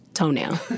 toenail